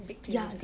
big cleveges